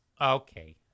okay